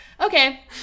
Okay